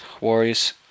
Warriors